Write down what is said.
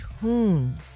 tune